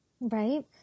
Right